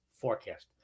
Forecast